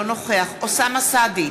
אינו נוכח אוסאמה סעדי,